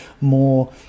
more